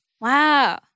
Wow